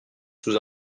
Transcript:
sous